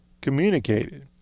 communicated